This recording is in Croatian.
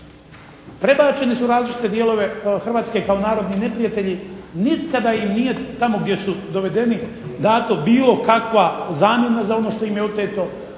Prebačeni su u različite dijelove Hrvatske kao narodni neprijatelji nikada im nije tamo gdje su dovedeni dato bilo kakva zamjena za ono što im je oteto,